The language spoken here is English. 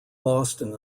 boston